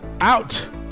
out